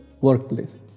workplace